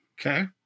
Okay